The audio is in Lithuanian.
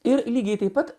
ir lygiai taip pat